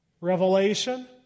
Revelation